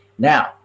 Now